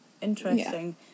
interesting